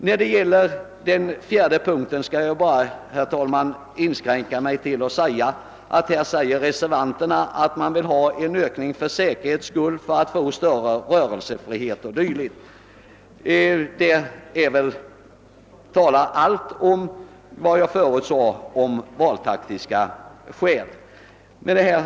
När det gäller den fjärde punkten menar reservanterna att man för säkerhets skull bör åstadkomma en ökning för att möjliggöra en större rörlighet o.s.v. Om detta gäller väl allt det som jag tidigare sade beträffande valtaktiska hänsyn. Herr talman!